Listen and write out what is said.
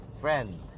friend